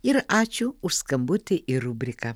ir ačiū už skambutį į rubriką